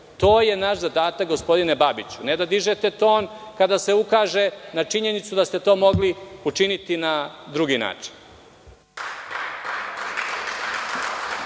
je naš zadatak, gospodine Babiću, a ne da dižete ton kada se ukaže na činjenicu da ste to mogli učiniti na drugi način.